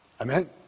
Amen